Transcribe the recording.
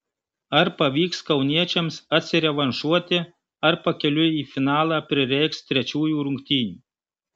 ar pavyks kauniečiams atsirevanšuoti ar pakeliui į finalą prireiks trečiųjų rungtynių